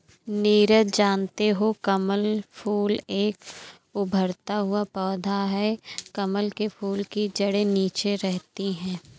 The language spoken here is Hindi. नीरज जानते हो कमल फूल एक उभरता हुआ पौधा है कमल के फूल की जड़े नीचे रहती है